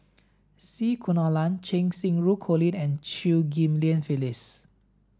C Kunalan Cheng Xinru Colin and Chew Ghim Lian Phyllis